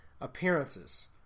appearances